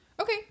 Okay